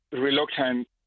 reluctant